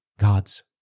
God's